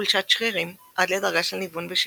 חולשת שרירים עד לדרגה של ניוון ושיתוק,